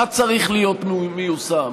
מה צריך להיות מיושם?